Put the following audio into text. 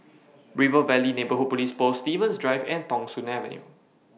River Valley Neighbourhood Police Post Stevens Drive and Thong Soon Avenue